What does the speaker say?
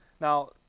Now